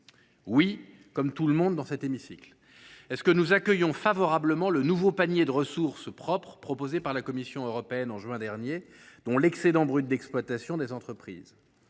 Oui, comme tout le monde dans cet hémicycle. Est ce que nous accueillons favorablement le nouveau panier de ressources propres proposé par la Commission européenne en juin dernier, dont celle qui repose sur l’excédent brut d’exploitation des entreprises ?